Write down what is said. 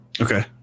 okay